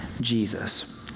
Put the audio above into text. Jesus